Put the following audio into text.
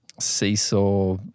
seesaw